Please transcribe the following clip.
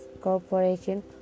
corporation